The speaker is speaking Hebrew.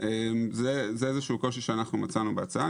זה קושי שאנחנו מצאנו בהצעה.